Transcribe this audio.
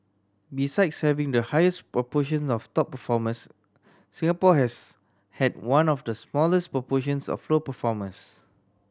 besides having the highest proportion of top performers Singapore has had one of the smallest proportions of low performers